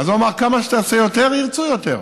הוא אמר: ככל שתעשה יותר, ירצו יותר.